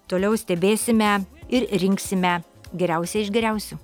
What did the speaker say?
toliau stebėsime ir rinksime geriausią iš geriausių